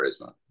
charisma